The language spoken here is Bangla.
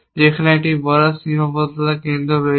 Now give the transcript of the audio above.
যেখানে একটি বড় সীমাবদ্ধতা কেন্দ্র রয়েছে